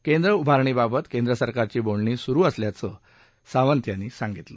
केंद्र उभारणीबाबत केंद्र सरकारची बोलणी सुरू असल्याचं सावंत यांनी सांगितलं